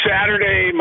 Saturday